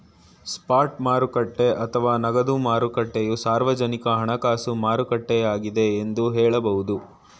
spot ಮಾರುಕಟ್ಟೆ ಅಥವಾ ನಗದು ಮಾರುಕಟ್ಟೆಯು ಸಾರ್ವಜನಿಕ ಹಣಕಾಸು ಮಾರುಕಟ್ಟೆಯಾಗಿದ್ದೆ ಎಂದು ಹೇಳಬಹುದು